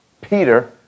Peter